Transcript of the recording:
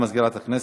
בעד,